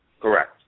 Correct